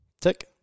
tick